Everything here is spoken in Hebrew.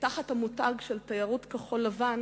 תחת המותג של תיירות כחול-לבן,